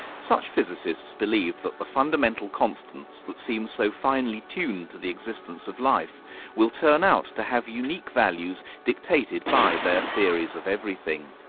such physicists believe that the fundamental constants that seem to so finely tuned to the existence of life will turn out to have unique values dictated by their theories of everything.